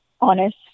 honest